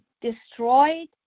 destroyed